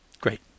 Great